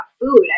food